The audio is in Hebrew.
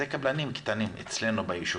הם קבלנים קטנים אצלנו ביישובים.